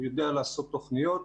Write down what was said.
הוא יודע לעשות תוכניות,